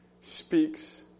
speaks